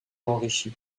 enrichi